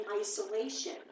isolation